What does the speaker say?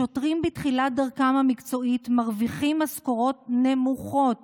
שוטרים בתחילת דרכם המקצועית מרוויחים משכורות נמוכות